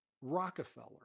Rockefeller